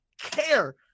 care